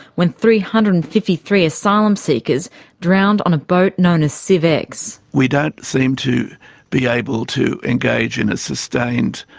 when three hundred and fifty three asylum seekers drowned on a boat known as siev x. we don't seem to be able to engage in a sustained,